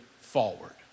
forward